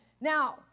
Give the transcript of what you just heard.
Now